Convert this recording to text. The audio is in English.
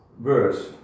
verse